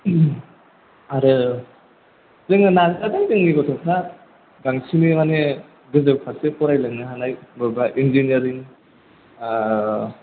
आरो जोङो नाजादों जोंनि गथ'फ्रा बांसिनै माने गोजौ फारसे फरायलांनो हानाय बबेबा इनजिनियारिं